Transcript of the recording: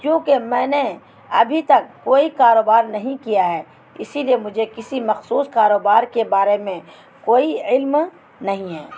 کیونکہ میں نے ابھی تک کوئی کاروبار نہیں کیا ہے اسی لیے مجھے کسی مخصوص کاروبار کے بارے میں کوئی علم نہیں ہے